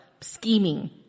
scheming